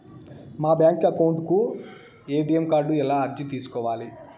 మా bank account కు ATM card ఎలా అర్జీ సేసుకోవాలి?